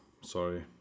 Sorry